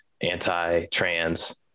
anti-trans